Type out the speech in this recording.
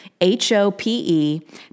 H-O-P-E